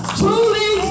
truly